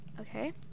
Okay